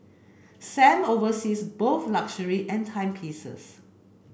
Sam oversees both luxury and timepieces